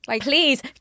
Please